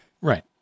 Right